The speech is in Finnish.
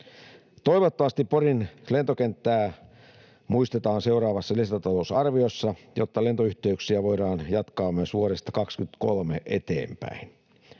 Toivottavasti Porin lentokenttää muistetaan seuraavassa lisätalousarviossa, jotta lentoyhteyksiä voidaan jatkaa myös vuodesta 23 eteenpäin.